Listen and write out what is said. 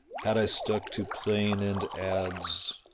had i stuck to plane and adze,